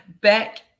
Back